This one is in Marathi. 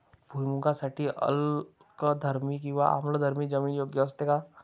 भुईमूगासाठी अल्कधर्मी किंवा आम्लधर्मी जमीन योग्य असते का?